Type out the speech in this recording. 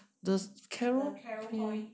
does carou coin